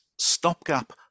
stopgap